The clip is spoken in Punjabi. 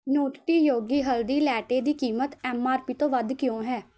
ਨੂਟਟੀ ਯੋਗੀ ਹਲਦੀ ਲੈਟੇ ਦੀ ਕੀਮਤ ਐੱਮ ਆਰ ਪੀ ਤੋਂ ਵੱਧ ਕਿਉਂ ਹੈ